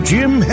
Jim